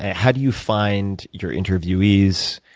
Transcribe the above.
how do you find your interviewees?